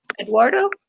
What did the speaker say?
Eduardo